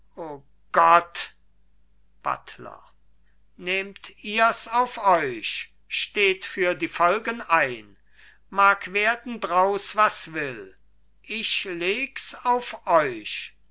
gott buttler nehmt ihrs auf euch steht für die folgen ein mag werden draus was will ich legs auf euch